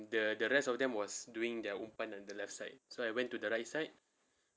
the the rest of them was doing their umpan on the left side so I went to their right side